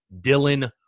Dylan